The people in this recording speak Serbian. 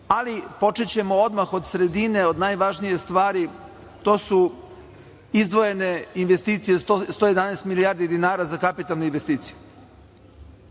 Ali, počećemo odmah od sredine, od najvažnije stvari, to su izdvojene investicije 111 milijardi dinara za kapitalne investicije.